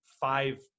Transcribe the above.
five